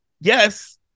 yes